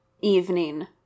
evening